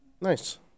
Nice